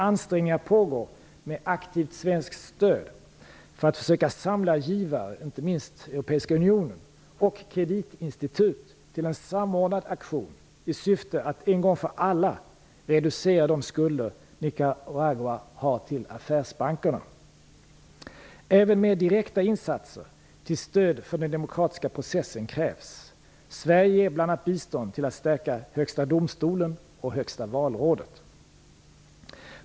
Ansträngningar pågår, med aktivt svenskt stöd, för att försöka samla givare, inte minst EU, och kreditinstitut till en samordnad aktion i syfte att en gång för alla reducera de skulder Nicaragua har till affärsbankerna. Även mer direkta insatser till stöd för den demokratiska processen krävs. Sverige ger bl.a. bistånd till att stärka högsta domstolen och högsta valrådet.